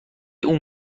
اون